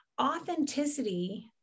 authenticity